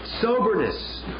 Soberness